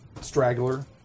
straggler